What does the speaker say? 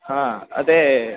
ಹಾಂ ಅದೇ